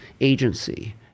agency